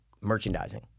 Merchandising